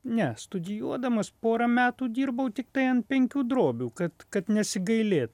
ne studijuodamas porą metų dirbau tiktai ant penkių drobių kad kad nesigailėt